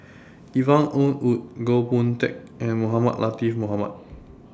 Yvonne Ng Uhde Goh Boon Teck and Mohamed Latiff Mohamed